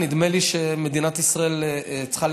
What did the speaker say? נדמה לי שמדינת ישראל צריכה,